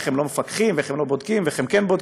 איך הם לא מפקחים ואיך הם לא בודקים ואיך הם כן בודקים,